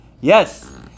Yes